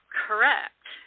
correct